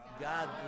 God